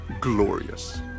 glorious